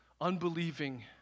unbelieving